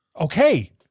Okay